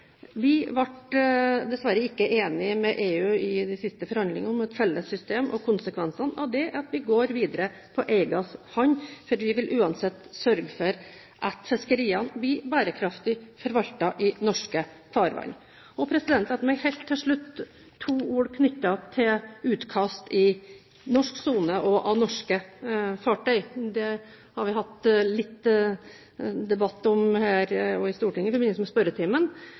Vi ble dessverre ikke enig med EU i de siste forhandlingene om et felles system, og konsekvensene av dette er at vi går videre på egen hånd. Vi vil uansett sørge for at fiskeriene blir bærekraftig forvaltet i norske farvann. La meg helt til slutt si noen ord om utkast i norsk sone og av norske fartøy. Det har vi også hatt litt debatt om i Stortinget i forbindelse med spørretimen.